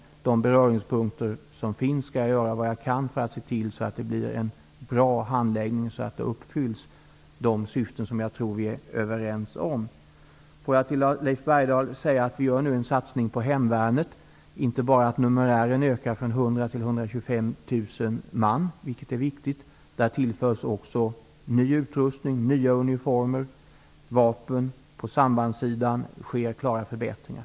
Jag skall göra vad jag kan för att det i fråga om de beröringspunkter som finns blir en bra handläggning och så att de mål som jag tror vi är överens om uppfylls. Till Leif Bergdahl vill jag säga att vi nu gör en satsning på hemvärnet. Numerären ökar från 100 000 till 125 000 man, vilket är viktigt, och dessutom tillförs ny utrustning, nya uniformer och vapen, och på sambandssidan sker klara förbättringar.